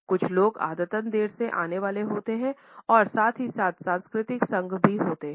कुछ लोग आदतन देर से आने वाले होते हैं और साथ ही साथ सांस्कृतिक संघ भी होते हैं